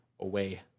away